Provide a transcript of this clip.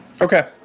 Okay